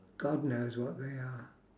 god knows what they are